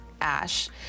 Ash